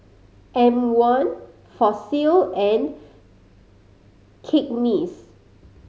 M One Fossil and Cakenis